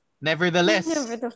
Nevertheless